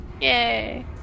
Yay